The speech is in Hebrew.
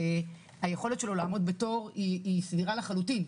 היכולת שלו לעמוד בתור היא סבירה לחלוטין.